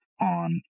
on